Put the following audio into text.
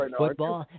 football